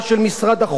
אפילו כותבים שם,